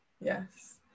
Yes